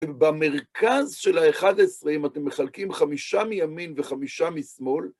במרכז של ה-11, אם אתם מחלקים חמישה מימין וחמישה משמאל...